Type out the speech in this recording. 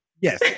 Yes